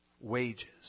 Wages